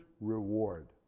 reward